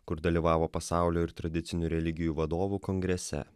kur dalyvavo pasaulio ir tradicinių religijų vadovų kongrese